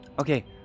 Okay